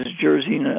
jersey